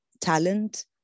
talent